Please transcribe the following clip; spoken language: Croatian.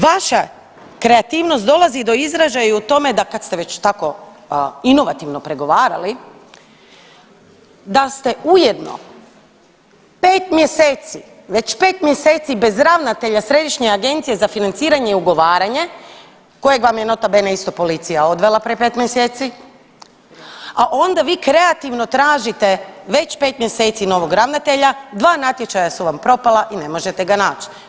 Vaša kreativnost dolazi do izražaja i u tome kad ste već tako inovativno pregovarali da ste ujedno 5 mjeseci, već 5 mjeseci bez ravnatelja Središnje agencije za financiranje i ugovaranje kojeg vam je nota bene isto policija odvela pred pet mjeseci, a onda vi kreativno tražite već 5 mjeseci novog ravnatelja, dva natječaja su vam propala i ne možete ga naći.